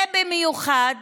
ובמיוחד